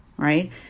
Right